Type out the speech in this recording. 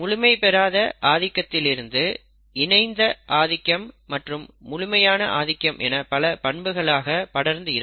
முழுமை பெறாத ஆதிக்கத்திலிருந்து இணைந்த ஆதிக்கம் மற்றும் முழுமையான ஆதிக்கம் என பல பண்புகளாக படர்ந்து இருக்கும்